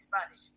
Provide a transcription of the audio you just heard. Spanish